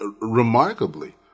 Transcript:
remarkably